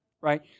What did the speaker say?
Right